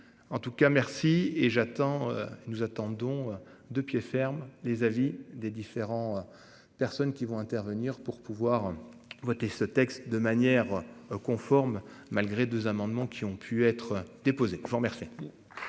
En tout cas merci et j'attends. Nous attendons de pied ferme les avis des différents. Personnes qui vont intervenir pour pouvoir voter ce texte de manière conforme malgré 2 amendements qui ont pu être déposée. Je vous remercie.